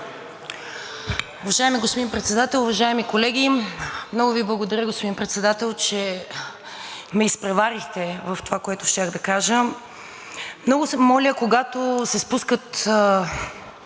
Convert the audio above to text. Уважаеми господин Председател, уважаеми колеги! Много Ви благодаря, господин Председател, че ме изпреварихте в това, което щях да кажа. Много моля, когато се спускат